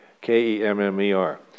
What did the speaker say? K-E-M-M-E-R